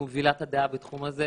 מובילת הדעה בתחום הזה.